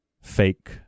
fake